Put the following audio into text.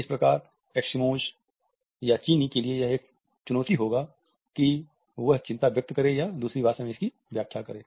इस प्रकार एस्किमोज या चीनी के लिए यह एक चुनौती होगी कि वह चिंता व्यक्त करे या दूसरी भाषा में इसकी व्याख्या करे